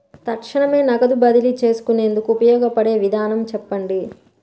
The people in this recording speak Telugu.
తక్షణమే నగదు బదిలీ చేసుకునేందుకు ఉపయోగపడే విధానము చెప్పండి?